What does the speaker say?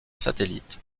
satellite